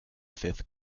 fifth